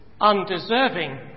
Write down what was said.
undeserving